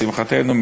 לשמחתנו,